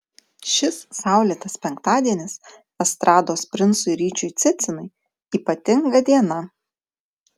šis saulėtas penktadienis estrados princui ryčiui cicinui ypatinga diena